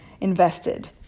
invested